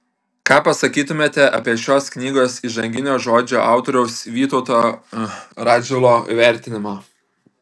ką pasakytumėte apie šios knygos įžanginio žodžio autoriaus vytauto radžvilo vertinimą